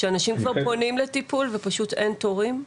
שאנשים כבר פונים לטיפול ופשוט אין תורים?